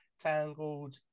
Tangled